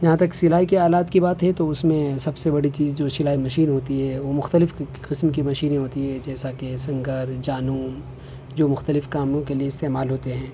جہاں تک سلائی کے آلات کی بات ہے تو اس میں سب سے بڑی چیز جو سلائی مشین ہوتی ہے وہ مختلف قسم کی مشینیں ہوتی ہے جیسا کہ سنگر جانوں جو مختلف کاموں کے لیے استعمال ہوتے ہیں